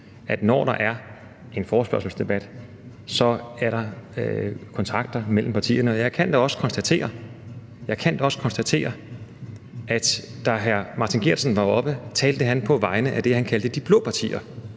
at når der er en forespørgselsdebat, så er der kontakt mellem partierne. Jeg kan da også konstatere, at da hr. Martin Geertsen var oppe, talte han på vegne af det, han kaldte de blå partier.